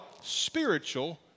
Spiritual